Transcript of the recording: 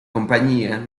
compañía